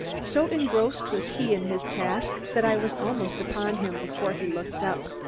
so engrossed was he in his task that i was almost upon him before he looked up.